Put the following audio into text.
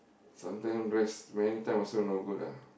sometimes rest many time also no good ah